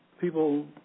people